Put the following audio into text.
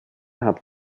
hat